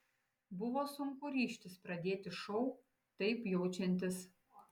buvo sunku ryžtis pradėti šou taip jaučiantis